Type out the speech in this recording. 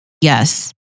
yes